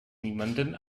niemanden